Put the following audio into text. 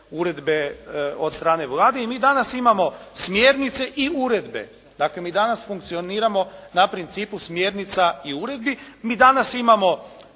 uredbe od strane Vlade i mi danas imamo smjernice i uredbe. Dakle mi danas funkcioniramo na principu smjernica i uredbi. Mi danas imamo